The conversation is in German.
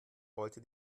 wollte